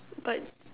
but